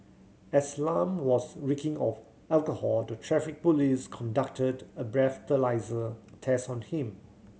as Lam was reeking of alcohol the Traffic Police conducted a breathalyser test on him